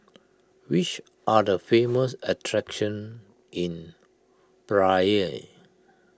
which are the famous attractions in Praia